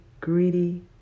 greedy